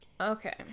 Okay